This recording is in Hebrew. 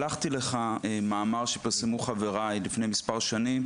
שלחתי לך מאמר שפרסמו חבריי לפני מספר שנים,